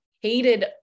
hated